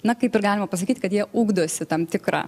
na kaip ir galima pasakyt kad jie ugdosi tam tikrą